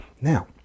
now